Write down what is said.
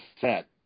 set